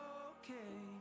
okay